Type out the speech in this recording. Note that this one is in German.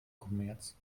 kommerz